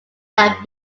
that